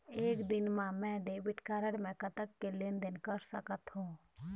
एक दिन मा मैं डेबिट कारड मे कतक के लेन देन कर सकत हो?